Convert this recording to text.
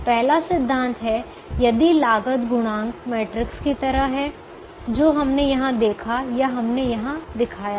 पहला सिद्धांत है यदि लागत गुणांक मैट्रिक्स की तरह है जो हमने यहां देखा है या हमने यहां दिखाया है